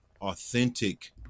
authentic